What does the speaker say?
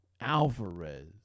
Alvarez